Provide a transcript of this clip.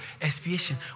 Expiation